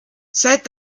seit